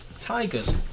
Tigers